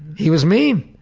he was mean,